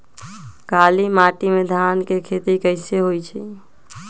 काली माटी में धान के खेती कईसे होइ छइ?